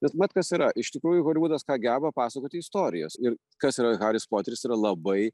bet mat kas yra iš tikrųjų holivudas ką geba pasakoti istorijas ir kas yra haris poteris yra labai